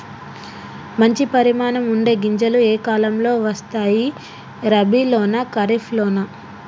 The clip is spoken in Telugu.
మంచి పరిమాణం ఉండే గింజలు ఏ కాలం లో వస్తాయి? రబీ లోనా? ఖరీఫ్ లోనా?